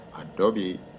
adobe